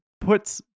puts